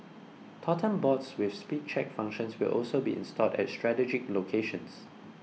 totem boards with speed check functions will also be installed at strategic locations